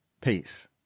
Peace